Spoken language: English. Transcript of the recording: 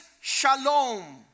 shalom